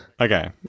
Okay